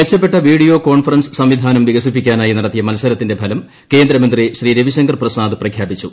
മെച്ചപ്പെട്ട video conference സംവിധാനം വികസിപ്പിക്കാനായി നടത്തിയ മത്സരത്തിന്റെ ഫലം കേന്ദ്ര മന്ത്രി ശ്രീ രവി ശങ്കർ പ്രസാദ് പ്രഖ്യാപിച്ചു